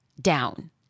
down